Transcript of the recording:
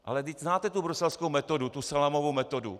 Ale znáte tu bruselskou metodu, tu salámovou metodu.